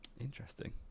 Interesting